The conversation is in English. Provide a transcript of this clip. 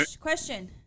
question